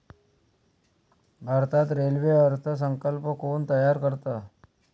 भारतात रेल्वे अर्थ संकल्प कोण तयार करतं?